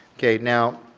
okay, now,